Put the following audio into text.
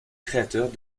créateurs